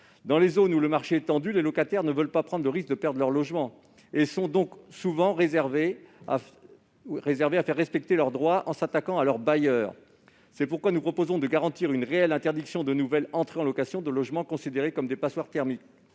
Dans les zones où le marché est tendu, les locataires ne veulent pas prendre le risque de perdre leur logement et ils hésitent donc souvent à faire respecter leurs droits en s'attaquant à leur bailleur. C'est pourquoi nous proposons de garantir une réelle interdiction de nouvelles mises en location de logements considérés comme des passoires thermiques,